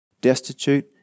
Destitute